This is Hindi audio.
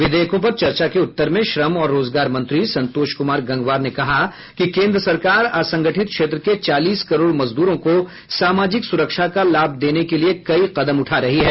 विधेयकों पर चर्चा के उत्तर में श्रम और रोजगार मंत्री संतोष कुमार गंगवार ने कहा कि केन्द्र सरकार असंगठित क्षेत्र के चालीस करोड़ मजदूरों को सामाजिक सुरक्षा का लाभ देने के लिये कई कदम उठा रही है